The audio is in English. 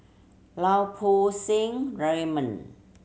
Lau Poo Seng Raymond